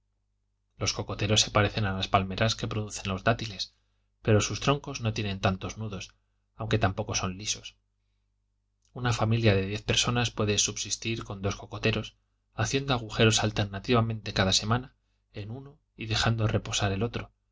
los cocoteros se parecen a las palmeras que producen los dátiles pero sus troncos no tienen tantos nudos aunque tampoco son lisos una familia de diez personas puede subsistir con dos cocoteros haciendo agujeros alternativamente cada semana en uno y dejando reposar el otro